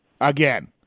again